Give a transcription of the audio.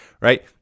right